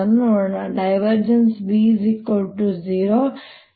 B0 ಮತ್ತು